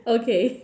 okay